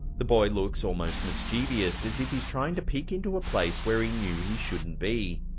the boy looks almost mischievous, as if he's trying to peak into a place where he knew he shouldn't be.